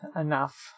enough